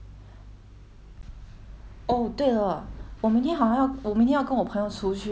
oh 对了我明天好像要我明天要跟我朋友出去 eh 你有什么 recommend 的 restaurant mah are neither neither yard of course is a female female